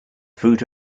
fruit